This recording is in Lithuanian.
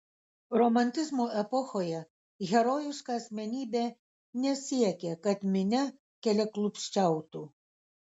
romantizmo epochoje herojiška asmenybė nesiekė kad minia keliaklupsčiautų